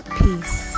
Peace